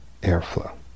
airflow